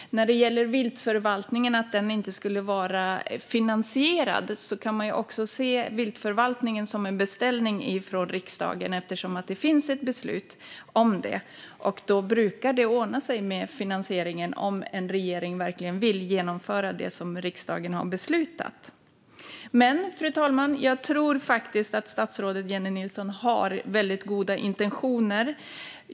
När det gäller viltförvaltningen och att den inte skulle vara finansierad kan man också se den som en beställning från riksdagen eftersom det finns ett beslut om detta. Det brukar ordna sig med finansieringen om en regering verkligen vill genomföra det som riksdagen har beslutat. Fru talman! Jag tror faktiskt att statsrådet Jennie Nilsson har väldigt goda intentioner.